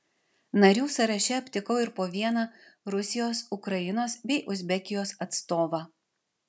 narių sąraše aptikau ir po vieną rusijos ukrainos bei uzbekijos atstovą